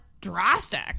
drastic